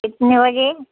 कितने बजे